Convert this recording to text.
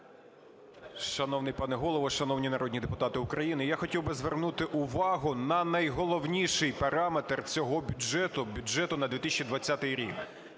Шановний пане Голово, шановні народні депутати України! Я хотів би звернути увагу на найголовніший параметр цього бюджету, бюджету на 2020 рік.